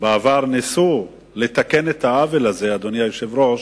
בעבר ניסו לתקן את העוול הזה, אדוני היושב-ראש,